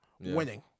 Winning